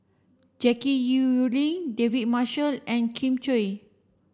Jackie Yi Ru Ying David Marshall and Kin Chui